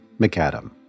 McAdam